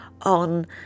on